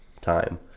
time